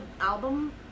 album